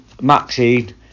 Maxine